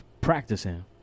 practicing